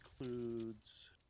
includes